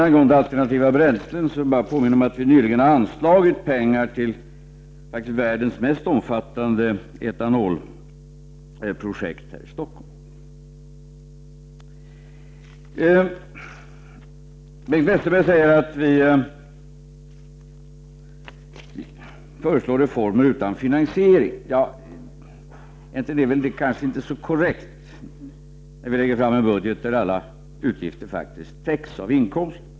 Vad sedan gäller alternativa bränslen vill jag bara påminna om att vi nyligen har anslagit pengar till världens kanske mest omfattande etanolprojekt här i Stockholm. Bengt Westerberg säger att vi föreslår reformer utan finansiering. Det är inte så korrekt med tanke på att vi lägger fram en budget, där alla utgifter faktiskt täcks av inkomster.